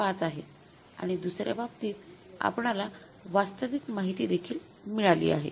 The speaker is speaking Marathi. ५ आहे आणि दुसर्या बाबतीत आपणाला वास्तविक माहिती देखील मिळाली आहे